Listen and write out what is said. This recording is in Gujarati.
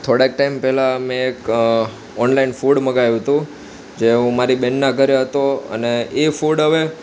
થોડાંક ટાઈમ પહેલાં મેં એક ઓનલાઈન ફૂડ મંગાવ્યું હતું જે હું મારી બહેનના ઘરે હતો અને એ ફૂડ હવે